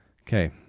Okay